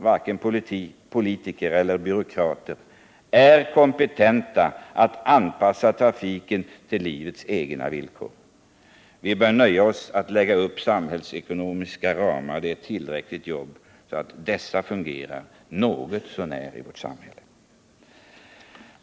Varken politiker eller byråkrater är kompetenta att anpassa trafiken till livets egna villkor. Vi bör nöja oss med att lägga upp samhällsekonomiska ramar — det är ett tillräckligt jobb — så att dessa fungerar något så när i vårt samhälle.